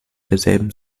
derselben